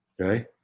Okay